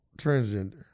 transgender